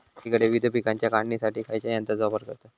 अलीकडे विविध पीकांच्या काढणीसाठी खयाच्या यंत्राचो वापर करतत?